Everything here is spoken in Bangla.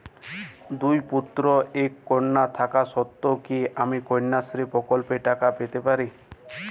দুই পুত্র এক কন্যা থাকা সত্ত্বেও কি আমি কন্যাশ্রী প্রকল্পে টাকা পেতে পারি?